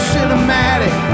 Cinematic